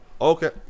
okay